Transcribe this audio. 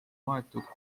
maetud